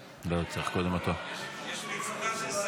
בממשלה, אולי צריך את שר הביטחון שיעשה